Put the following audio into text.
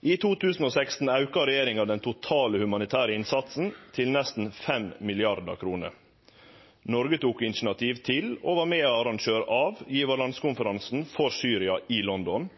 I 2016 auka regjeringa den totale humanitære innsatsen til nesten 5 mrd. kr. Noreg tok initiativ til og var medarrangør av givarkonferansen for Syria i London,